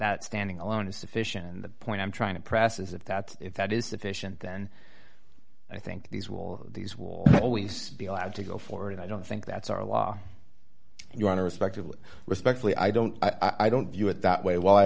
that standing alone is sufficient and the point i'm trying to press is if that if that is sufficient then i think these will these will always be allowed to go forward and i don't think that's our law your honor respectively respectfully i don't i don't view it that way well i